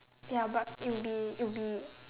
ya but it will be it will be